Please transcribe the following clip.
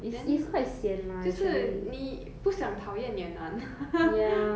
then 就是你不想讨厌也难